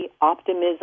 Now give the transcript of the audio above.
optimism